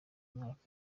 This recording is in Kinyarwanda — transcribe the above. mwaka